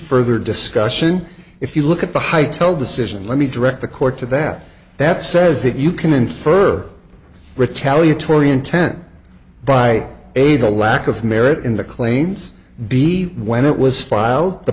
further discussion if you look at the high tell decision let me direct the court to that that says that you can infer retaliate tory intent by a the lack of merit in the claims b when it was filed the